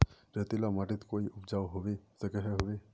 रेतीला माटित कोई उपजाऊ होबे सकोहो होबे?